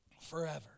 forever